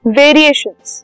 variations